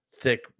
Thick